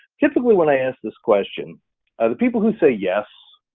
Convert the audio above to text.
typically when i ask this question, the people who say yes,